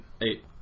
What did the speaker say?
Eight